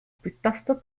piuttosto